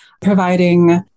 providing